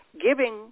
giving